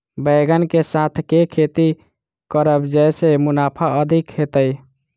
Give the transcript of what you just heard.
बैंगन कऽ साथ केँ खेती करब जयसँ मुनाफा अधिक हेतइ?